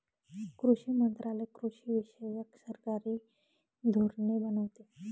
कृषी मंत्रालय कृषीविषयक सरकारी धोरणे बनवते